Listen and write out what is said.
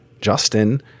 Justin